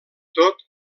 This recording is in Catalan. tot